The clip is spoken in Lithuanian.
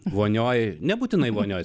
vonioje nebūtinai vonioje